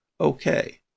okay